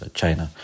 China